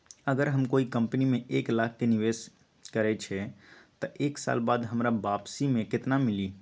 अगर हम कोई कंपनी में एक लाख के निवेस करईछी त एक साल बाद हमरा वापसी में केतना मिली?